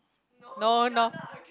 no no